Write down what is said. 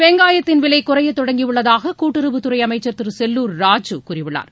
வெங்காயத்தின் விலை குறையத் தொடங்கி உள்ளதாக கூட்டுறவுத்துறை அமைச்சர் திரு செல்லூர் ராஜு கூறியுள்ளார்